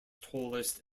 tallest